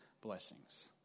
blessings